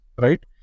right